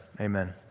amen